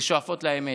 ושואפות לאמת.